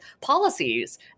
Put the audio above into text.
policies